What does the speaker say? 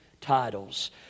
titles